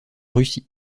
russie